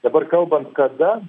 dabar kalbant kada